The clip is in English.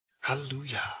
Hallelujah